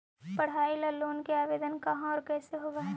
पढाई ल लोन के आवेदन कहा औ कैसे होब है?